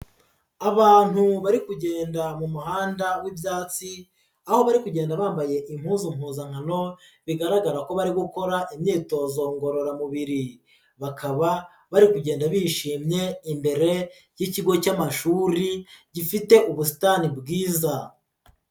Abantu bari kugenda mu muhanda w'ibyatsi, aho bari kugenda bambaye impuzu mpuzankano, bigaragara ko bari gukora imyitozo ngororamubiri, bakaba bari kugenda bishimye, imbere y'ikigo cy'amashuri gifite ubusitani bwiza.